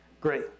Great